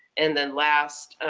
and then last,